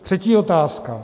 Třetí otázka.